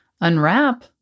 unwrap